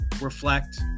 reflect